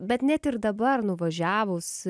bet net ir dabar nuvažiavus